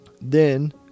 Then